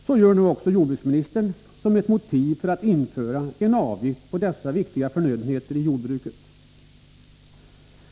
Så gör nu även jordbruksministern, och han tar detta som ett motiv för att införa en avgift på dessa viktiga förnödenheter i jordbruket.